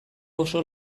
oso